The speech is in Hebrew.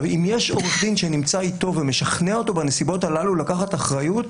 אם יש עורך דין שנמצא אתו ומשכנע אותו בנסיבות הללו לקחת אחריות,